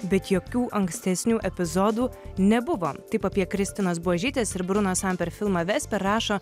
bet jokių ankstesnių epizodų nebuvo taip apie kristinos buožytės ir bruno samber filmą vester rašo